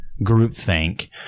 groupthink